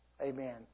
Amen